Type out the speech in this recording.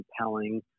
compelling